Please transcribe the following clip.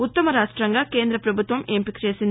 ఉత్తమ రాష్ట్ంగా కేంద పభుత్వం ఎంపిక చేసింది